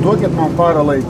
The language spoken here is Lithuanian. duokit man parą laiko